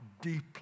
deeply